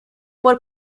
por